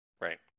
right